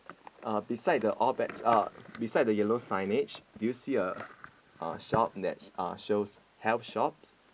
uh beside the all bets uh beside then yellow signage do you see a uh shop that's uh shows health shop